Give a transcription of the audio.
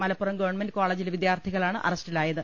Malappuram government കോളജിലെ വിദ്യാർഥികളാണ് അറ സ്റ്റിലായത്